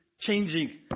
changing